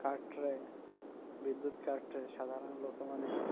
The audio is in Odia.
କାଟ୍ରେ ବିଦ୍ୟୁତ୍ କାଟ୍ରେ ସାଧାରଣ ଲୋକମାନେ